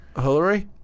Hillary